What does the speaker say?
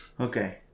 Okay